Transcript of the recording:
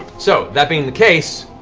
so, that being the case,